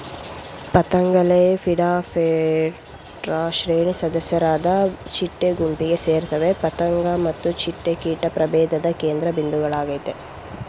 ಪತಂಗಲೆಪಿಡಾಪ್ಟೆರಾ ಶ್ರೇಣಿ ಸದಸ್ಯರಾದ ಚಿಟ್ಟೆ ಗುಂಪಿಗೆ ಸೇರ್ತವೆ ಪತಂಗ ಮತ್ತು ಚಿಟ್ಟೆ ಕೀಟ ಪ್ರಭೇಧದ ಕೇಂದ್ರಬಿಂದುಗಳಾಗಯ್ತೆ